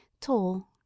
tall